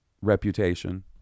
reputation